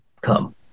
come